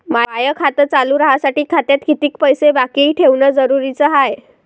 माय खातं चालू राहासाठी खात्यात कितीक पैसे बाकी ठेवणं जरुरीच हाय?